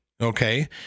Okay